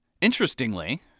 Interestingly